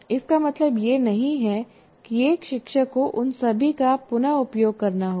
इसका मतलब यह नहीं है कि एक शिक्षक को उन सभी का पुन उपयोग करना होगा